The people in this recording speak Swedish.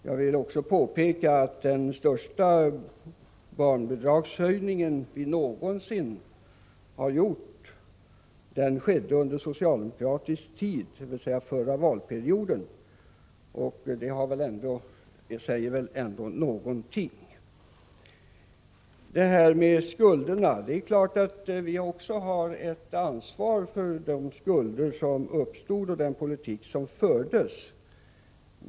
Jag vill också påpeka att den största barnbidragshöjning som vi någonsin haft, den skedde under socialdemokratisk tid, under förra valperioden. Det säger väl ändå någonting. Beträffande skulderna: Det är klart att också vi har ett ansvar för de skulder som uppstod och den politik som fördes.